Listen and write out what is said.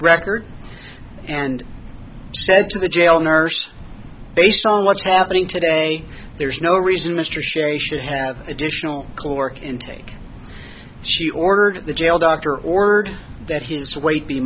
record and said to the jail nurse based on what's happening today there's no reason mr sherry should have additional caloric intake she ordered at the jail doctor or that his weight be